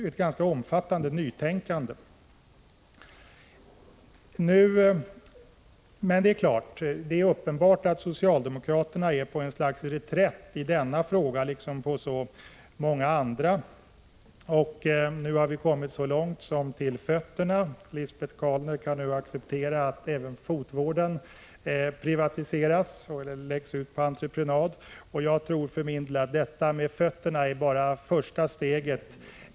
Det står klart att socialdemokraterna är på reträtt i denna fråga — liksom i så många andra frågor. När det gäller att privata företag kan göra insatser också på vårdområdet har vi nu, så att säga, kommit så långt som till fotknölarna. Lisbeth Calner kan ju nu acceptera att även fotvården privatiseras eller läggs ut på entreprenad. För min del tror jag att detta med fötterna bara är första steget.